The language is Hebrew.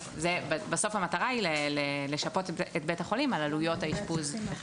בסוף המטרה היא לשפות את בית החולים על עלויות האשפוז.